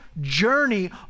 journey